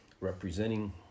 representing